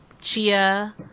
Chia